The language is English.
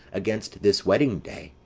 against this wedding day.